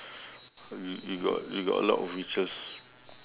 y~ you got you got a lot of wishes